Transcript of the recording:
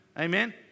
Amen